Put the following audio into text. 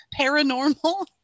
paranormal